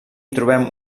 trobem